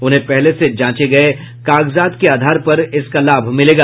उन्हें पहले से जांचे गये कागजात के आधार पर इसका लाभ मिलेगा